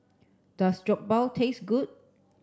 does Jokbal taste good